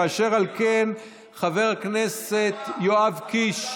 אשר על כן, חבר הכנסת יואב קיש,